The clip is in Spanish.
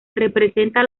representa